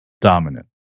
dominant